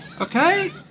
Okay